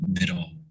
middle